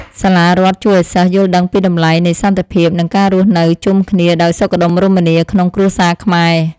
សាលារដ្ឋជួយឱ្យសិស្សយល់ដឹងពីតម្លៃនៃសន្តិភាពនិងការរស់នៅជុំគ្នាដោយសុខដុមរមនាក្នុងគ្រួសារខ្មែរ។